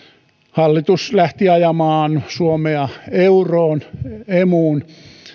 hallitus lähti ajamaan suomea euroon emuun